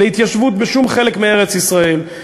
להתיישבות בשום חלק מארץ-ישראל,